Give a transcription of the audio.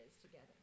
together